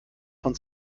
von